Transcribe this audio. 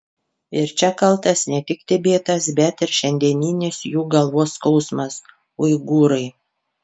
ir čia kaltas ne tik tibetas bet ir šiandieninis jų galvos skausmas uigūrai